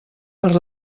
per